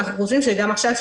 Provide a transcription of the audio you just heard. אנחנו חושבים שגם עכשיו,